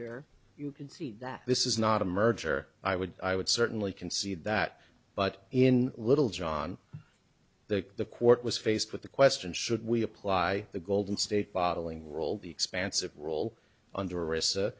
merger you can see that this is not a merger i would i would certainly concede that but in littlejohn the the court was faced with the question should we apply the golden state bottling role the expansive role under ris